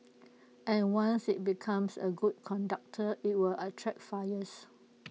and once IT becomes A good conductor IT will attract fires